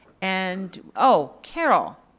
and oh, carol,